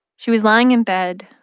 she was lying in bed,